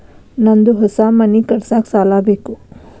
ನಂದು ಹೊಸ ಮನಿ ಕಟ್ಸಾಕ್ ಸಾಲ ಬೇಕು